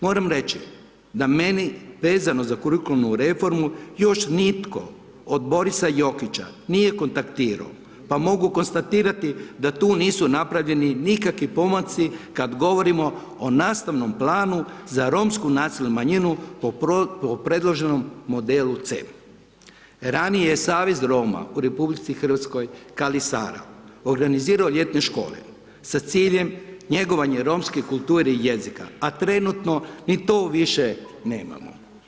Moram reći, da meni vezano za kurikularnu reformu još nitko, od Borisa Jokića nije kontaktirao, pa mogu konstatirati da tu nisu napravljeni nikakvi pomaci kad govorimo o nastavnom planu za romsku nacionalnu manjinu po predloženom modelu C. Ranije je Savez Roma u Republici Hrvatskoj Kali Sara, organizirao ljetne škole sa ciljem njegovanje romske kulture i jezika, a trenutno ni to više nemamo.